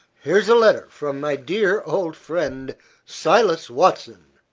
here's a letter from my dear old friend silas watson,